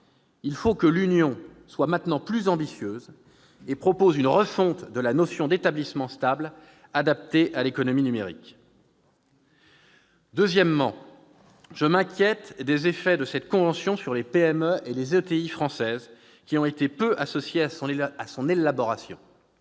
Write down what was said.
Il faut que l'Union soit maintenant plus ambitieuse et propose une refonte de la notion d'établissement stable, adaptée à l'économie numérique. Deuxièmement, je m'inquiète des effets de cette convention sur les entreprises françaises petites et moyennes- les